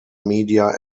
media